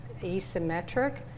asymmetric